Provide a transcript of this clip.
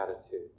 attitude